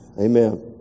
Amen